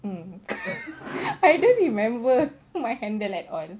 um I don't remember my handle at all